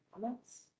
comments